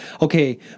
okay